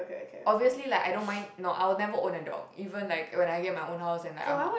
obviously like I don't mind no I will never own a dog even like when I get my own house and like I'm